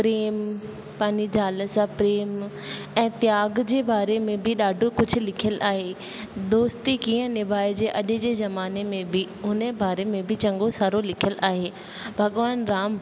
प्रेम पंहिंजी ज़ाल सां प्रेम ऐं त्याॻ जे बारे में बि ॾाढो कुझु लिखियलु आहे दोस्ती कीअं निभाइजे अॼ जे ज़माने में बि उन जे बारे में बि चङो सारो लिखियलु आहे भॻवानु राम